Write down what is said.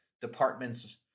departments